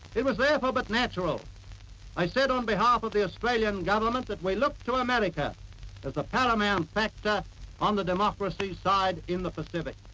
it was therefore but natural i said on behalf of the australian government that we looked to america as the paramount factor on the democracy side in the pacific.